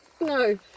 no